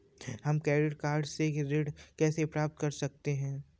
हम credit card से ऋण कैसे प्राप्त कर सकते हैं?